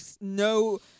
no